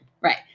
right